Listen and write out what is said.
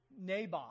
Naboth